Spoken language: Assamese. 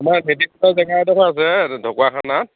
আমাৰ জেগা এডোখৰ আছে হে ঢকুৱাখানাত